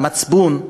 מצפון,